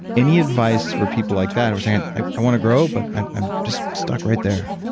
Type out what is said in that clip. any advice for people like that who are saying, i i want to grow but i'm just stuck right there?